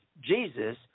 Jesus